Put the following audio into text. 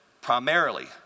primarily